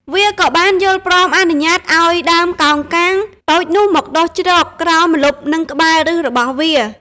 វាក៏បានយល់ព្រមអនុញ្ញាតឲ្យដើមកោងកាងតូចនោះមកដុះជ្រកក្រោមម្លប់និងក្បែរប្ញសរបស់វា។